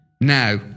Now